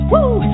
Woo